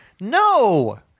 No